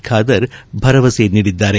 ಖಾದರ್ ಭರವಸೆ ನೀಡಿದ್ದಾರೆ